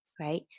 right